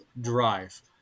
drive